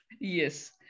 Yes